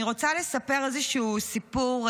אני רוצה לספר איזשהו סיפור.